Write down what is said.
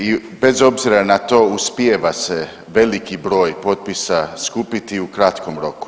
I bez obzira na to uspijeva se veliki broj potpisa skupiti u kratkom roku.